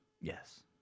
Yes